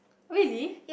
really